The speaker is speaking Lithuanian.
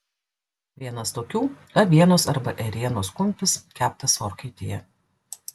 vienas tokių avienos arba ėrienos kumpis keptas orkaitėje